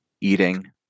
eating